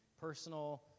personal